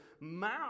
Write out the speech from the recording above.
mouth